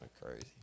crazy